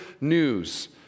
news